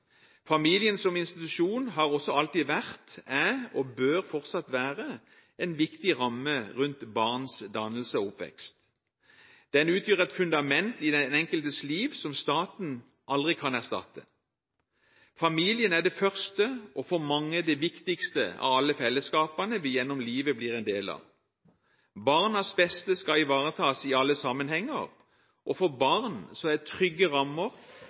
Familien som institusjon har også alltid vært, er og bør fortsatt være en viktig ramme rundt barns dannelse og oppvekst. Den utgjør et fundament i den enkeltes liv som staten aldri kan erstatte. Familien er det første – og for mange det viktigste – av alle fellesskapene vi gjennom livet blir en del av. Barnas beste skal ivaretas i alle sammenhenger, og for barn er trygge rammer